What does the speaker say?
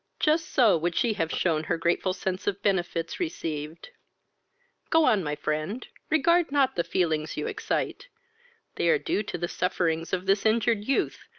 just so would she have shewn her grateful sense of benefits received go on, my friend, regard not the feelings you excite they are due to the sufferings of this injured youth,